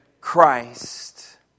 Christ